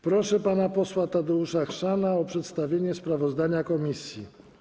Proszę pana posła Tadeusza Chrzana o przedstawienie sprawozdania komisji.